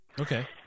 Okay